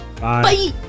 Bye